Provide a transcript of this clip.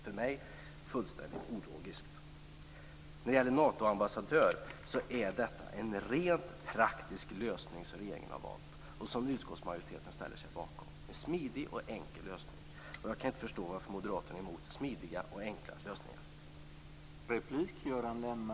För mig är detta fullständigt ologiskt. Den lösning för en Natoambassadör som regeringen har valt är rent praktisk. Utskottsmajoriteten har också ställt sig bakom den. Det är en smidig och enkel lösning, och jag kan inte förstå varför Moderaterna är emot sådana.